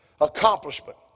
accomplishment